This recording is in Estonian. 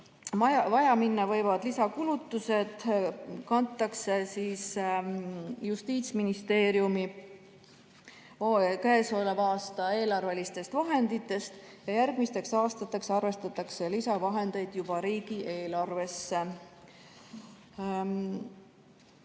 vaja minna võivad lisakulutused kaetakse Justiitsministeeriumi käesoleva aasta eelarvelistest vahenditest ja järgmisteks aastateks arvestatakse lisavahendeid juba riigieelarvesse.